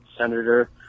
senator